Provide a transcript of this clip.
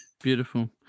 beautiful